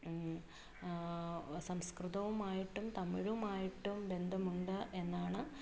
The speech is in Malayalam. സംസ്കൃതവുമായിട്ടും തമിഴുമായിട്ടും ബന്ധമുണ്ട് എന്നാണ്